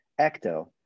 ecto